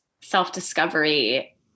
self-discovery